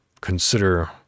consider